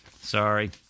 Sorry